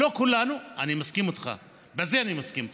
לא כולנו, אני מסכים איתך, בזה אני מסכים איתך,